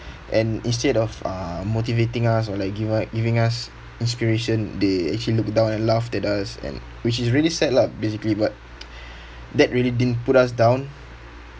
and instead of uh motivating us or like give u~ giving us inspiration they actually look down and laughed at us and which is really sad lah basically but that really didn't put us down